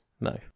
No